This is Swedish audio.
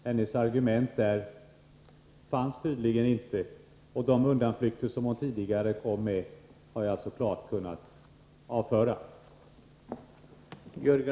Hennes argument fanns tydligen inte, och de undanflykter som hon tidigare kom med har jag alltså klart kunnat vederlägga.